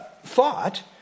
thought